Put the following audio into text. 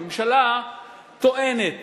הממשלה טוענת